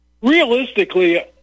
Realistically